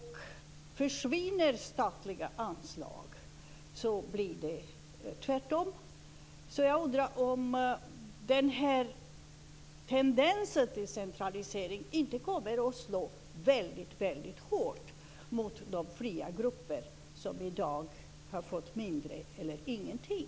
Försvinner det statliga anslaget blir det tvärtom. Jag under om inte denna tendens till centralisering kommer att slå väldigt hårt mot de fria grupper som i dag har fått mindre stöd eller ingenting.